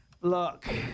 Look